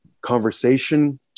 conversation